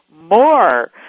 more